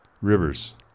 rivers